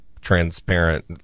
transparent